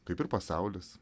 kaip ir pasaulis